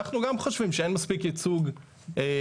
אנחנו גם חושבים שאין מספיק ייצוג של